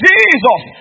Jesus